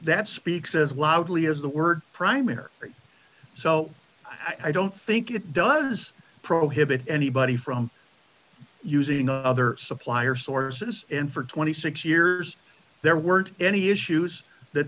that speaks as loudly as the word primary so i don't think it does prohibit anybody from using other supplier sources and for twenty six years there weren't any issues that